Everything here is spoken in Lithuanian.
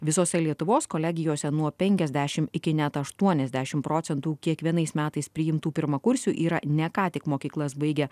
visose lietuvos kolegijose nuo penkiasdešimt iki net aštuoniasdešim procentų kiekvienais metais priimtų pirmakursių yra ne ką tik mokyklas baigę